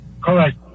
Correct